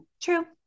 true